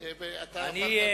אני,